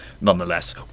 nonetheless